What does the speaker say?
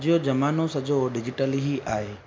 अॼु जो ज़मानो सॼो डिजिटल ई आहे